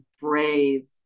brave